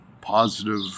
positive